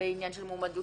העבירות